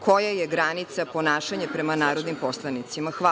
koja je granica ponašanja prema narodnim poslanicima.